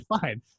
fine